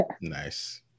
nice